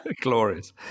Glorious